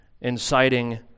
inciting